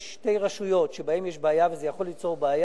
יש שתי רשויות שבהן יש בעיה, וזה יכול ליצור בעיה.